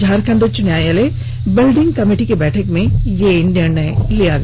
झारखण्ड उच्च न्यायालय building committee की बैठक में यह निर्णय लिया गया